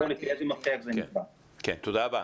תודה רבה.